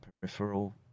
peripheral